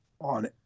on